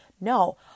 No